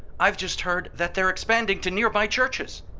i've just heard that they're expanding to nearby churches.